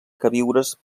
queviures